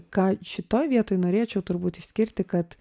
ką šitoj vietoj norėčiau turbūt išskirti kad